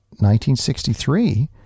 1963